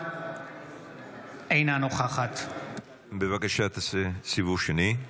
אינה נוכחת בבקשה תעשה סיבוב שני.